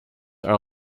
are